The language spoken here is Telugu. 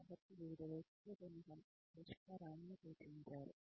కాబట్టి వివిధ వ్యక్తులు కొన్ని పరిష్కారాలను సూచించారు